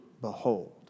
Behold